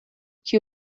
que